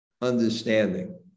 understanding